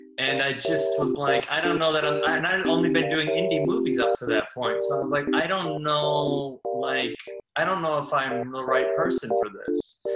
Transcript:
and i just was like i don't know that i'm and i'd only been doing indie movies up to that point. so i was like, i don't know like, i don't know if i'm the right person for this.